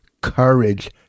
Courage